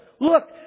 Look